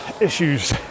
issues